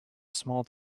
small